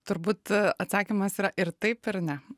turbūt atsakymas yra ir taip ir ne